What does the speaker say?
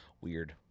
Weird